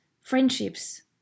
friendships